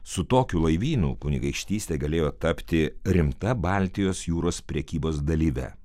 su tokiu laivynu kunigaikštystė galėjo tapti rimta baltijos jūros prekybos dalyve